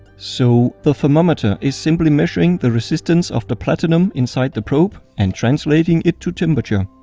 so the thermometer is simply measuring the resistance of the platinum inside the probe and translating it to temperature.